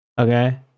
Okay